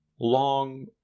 Long